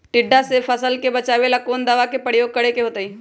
टिड्डा से फसल के बचावेला कौन दावा के प्रयोग करके होतै?